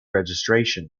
registration